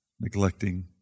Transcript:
neglecting